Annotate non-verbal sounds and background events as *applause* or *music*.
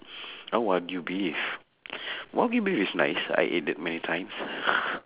*breath* ah wagyu beef *breath* wagyu beef is nice I ate that many times *laughs*